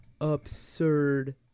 absurd